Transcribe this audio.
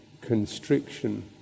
constriction